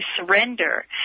surrender